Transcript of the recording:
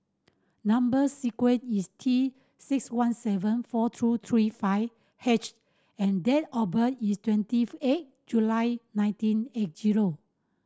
number square is T six one seven four two three five H and date of birth is twenty of eight July nineteen eight zero